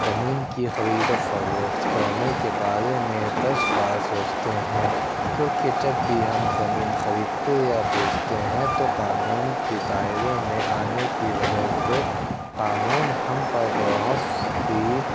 زمیں کی خرید و فروخت کرنے کے بارے میں دس بار سوچتے ہیں کیونکہ جب بھی ہم زمین خریدتے یا بیچتے ہیں تو قانون کے دائرے میں آنے کی وجہ سے قانون ہم پر بہت سی